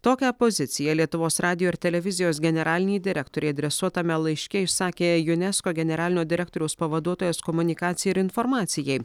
tokią poziciją lietuvos radijo ir televizijos generalinei direktorei adresuotame laiške išsakė unesco generalinio direktoriaus pavaduotojas komunikacijai ir informacijai